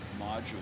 module